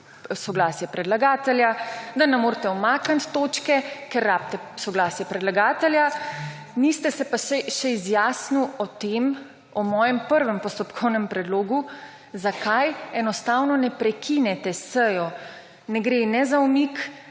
soglasje predlagatelja, da ne morete umakniti točke, ker rabite soglasje predlagatelja, niste se pa še izjasnil o tem, o mojem prvem postopkovnem predlogu, zakaj enostavno ne prekinete sejo. Ne gre ne za umik,